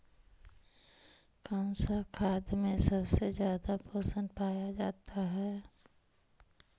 कौन सा खाद मे सबसे ज्यादा पोषण पाया जाता है?